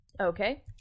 Okay